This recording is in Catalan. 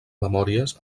memòries